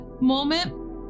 moment